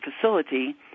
facility